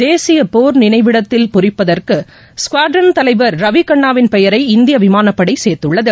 தேசிய போர் நினைவு இடத்தில் பொறிப்பதற்கு ஸ்க்வாட்ரன் தலைவர் ரவி கன்னாவின் பெயரை இந்திய விமானப்படை சேர்த்துள்ளது